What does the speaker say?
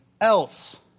else